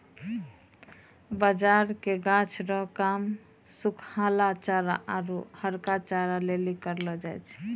बाजरा के गाछ रो काम सुखलहा चारा आरु हरका चारा लेली करलौ जाय छै